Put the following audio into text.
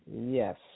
Yes